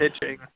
pitching